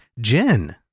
Jen